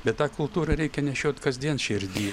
bet tą kultūrą reikia nešiot kasdien širdy